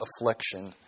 affliction